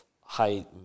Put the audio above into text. high